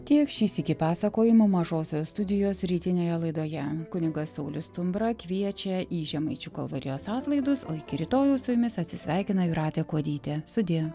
tiek šį sykį pasakojimų mažosios studijos rytinėje laidoje kunigas saulius stumbra kviečia į žemaičių kalvarijos atlaidus o iki rytojaus su jumis atsisveikina jūratė kuodytė sudie